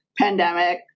pandemic